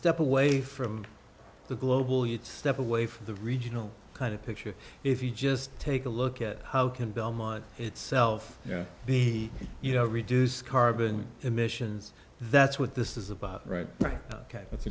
step away from the global you step away from the regional kind of picture if you just take a look at how can belmont itself be you know reduce carbon emissions that's what this is about right right ok that's